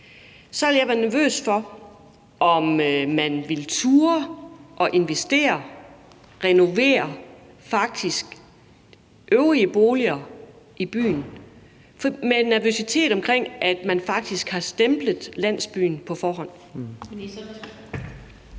faktisk være nervøs for, om man ville turde at investere, renovere de øvrige boliger i byen, med en nervøsitet omkring, at man faktisk har stemplet landsbyen på forhånd.